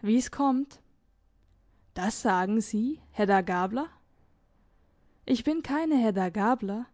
wie's kommt das sagen sie hedda gabler ich bin keine hedda gabler